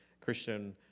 Christian